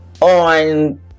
on